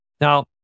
Now